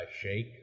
shake